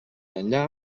enllà